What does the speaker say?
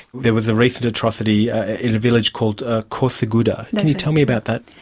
there was a recent atrocity in a village called ah kottaguda. can you tell me about that?